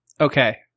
Okay